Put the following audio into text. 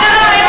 מה קרה?